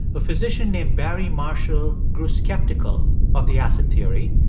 a physician named barry marshall grew skeptical of the acid theory.